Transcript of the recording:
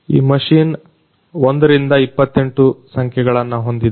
ಈ ಮಷೀನ್ 1 28 ಸಂಖ್ಯೆಗಳನ್ನು ಹೊಂದಿದೆ